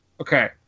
Okay